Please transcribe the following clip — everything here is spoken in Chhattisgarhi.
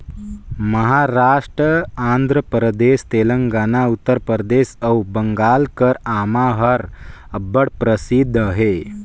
महारास्ट, आंध्र परदेस, तेलंगाना, उत्तर परदेस अउ बंगाल कर आमा हर अब्बड़ परसिद्ध अहे